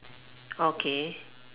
okay